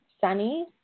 sunny